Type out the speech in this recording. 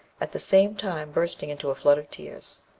at the same time bursting into a flood of tears.